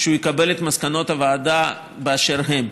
שהוא יקבל את מסקנות הוועדה באשר הן.